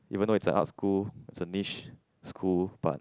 even though it's an arts school it's a niche school but